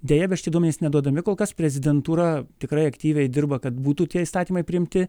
deja bet šitie duome nys neduodami kol kas prezidentūra tikrai aktyviai dirba kad būtų tie įstatymai priimti